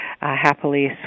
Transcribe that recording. happily